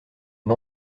une